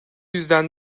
yüzden